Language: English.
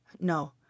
No